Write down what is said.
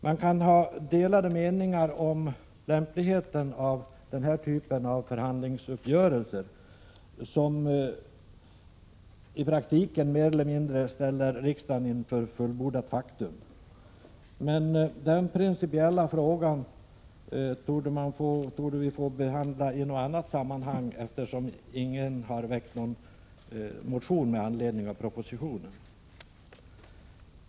Man kan ha delade meningar om lämpligheten av denna typ av förhandlingsuppgörelse som i praktiken ställer riksdagen inför mer eller mindre fullbordat faktum. Den principiella frågan torde vi emellertid få behandla i något annat sammanhang eftersom ingen har väckt någon motion med anledning av propositionen.